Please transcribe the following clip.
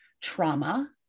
trauma